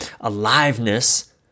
aliveness